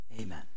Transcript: Amen